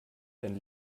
dann